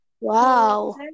Wow